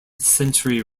century